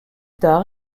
tard